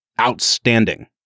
outstanding